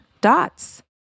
dots